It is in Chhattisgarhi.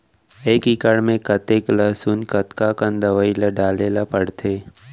एक बीघा में कतेक लहसुन कतका कन दवई ल डाले ल पड़थे?